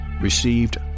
received